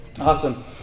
Awesome